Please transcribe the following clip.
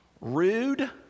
rude